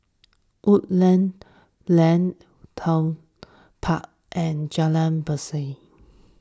Woodleigh Lane Woollerton Park and Jalan Berseri